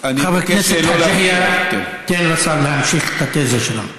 חבר הכנסת חאג' יחיא, תן לשר להמשיך את התזה שלו.